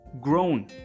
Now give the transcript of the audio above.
grown